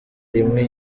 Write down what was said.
rimwe